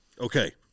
Okay